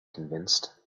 convinced